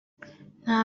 nta